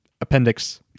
Appendix